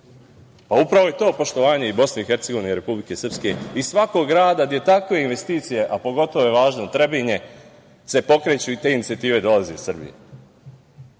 državu. Upravo je to poštovanje i BiH i Republike Srpske i svakog grada gde takve investicije, a pogotovo je važno Trebinje, se pokreću i te inicijative dolaze iz